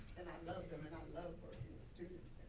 and i love them and i love working with students